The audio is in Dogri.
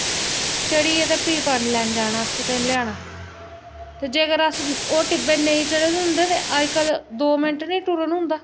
चढ़ियै ते भी पानी लैन जाना असें ते लै आना ते जेकर अस ओह् टि'ब्बे नेईं चढे़ दे होंदे ते अज्ज कल दो मिन्ट निं टूरन होंदा